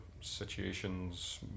situations